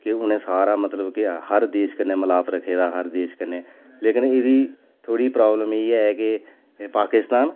कि उ'नें सारा मतलब कि हर देश कन्नै मलाप रक्खे दा हर देश कन्नै लेकिन एह्दी थोह्ड़ी प्रॉब्लम एह् ऐ कि पाकिस्तान